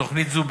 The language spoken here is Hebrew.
תוכנית זו,